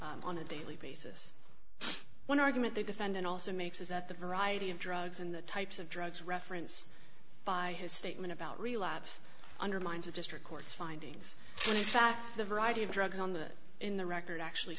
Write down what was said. pills on a daily basis one argument the defendant also makes is that the variety of drugs and the types of drugs reference by his statement about relapse undermines the district court's findings when in fact the variety of drugs on the in the record actually